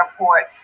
airport